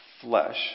flesh